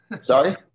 Sorry